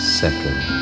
second